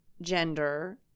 gender